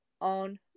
on